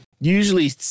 usually